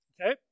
okay